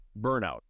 burnout